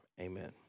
Amen